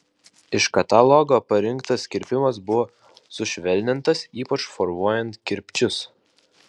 iš katalogo parinktas kirpimas buvo sušvelnintas ypač formuojant kirpčius